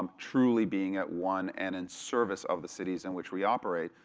um truly being at one and in service of the cities in which we operate,